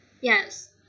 Yes